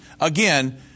Again